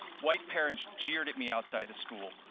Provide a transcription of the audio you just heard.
white parents jeered at me outside the school,